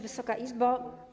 Wysoka Izbo!